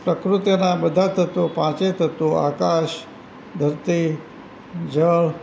પ્રકૃતિનાં બધા તત્વો પાંચેય તત્વો આકાશ ધરતી જળ